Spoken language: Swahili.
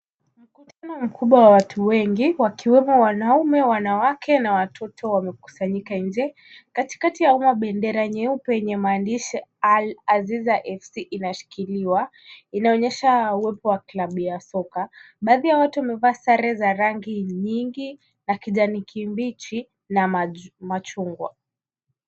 Makutano makubwa ya watu wengi wakiwemo wanaume, wanawake na watoto wamekusanyika nje. Katikati yao bendera nyeupe yenye maandishi Al aziza fc inashikiliwa. Inaonesha uwepo wa klabu ya soka. Baadhi ya watu wamevaa sare za rangi nyingi ya kijani kibichi na machungwa.